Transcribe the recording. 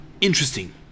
Interesting